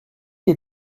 est